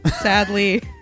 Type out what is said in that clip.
sadly